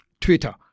Twitter